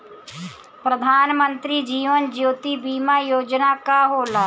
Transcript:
प्रधानमंत्री जीवन ज्योति बीमा योजना का होला?